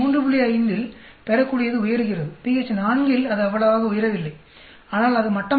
5 இல் பெறக்கூடியது உயர்கிறது pH 4 இல் அது அவ்வளவாக உயரவில்லை ஆனால் அது மட்டமாக உள்ளது